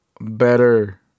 better